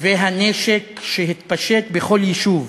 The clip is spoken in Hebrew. והנשק שהתפשט בכל יישוב.